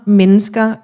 mennesker